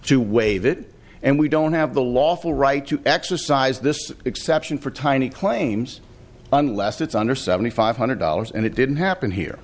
to waive it and we don't have the lawful right to exercise this exception for tiny claims unless it's under seventy five hundred dollars and it didn't happen here